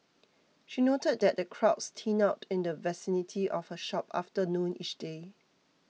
she noted that the crowds thin out in the vicinity of her shop after noon each day